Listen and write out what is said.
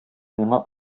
миңа